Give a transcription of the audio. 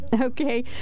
Okay